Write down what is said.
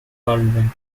baldwin